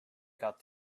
got